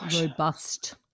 Robust